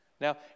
Now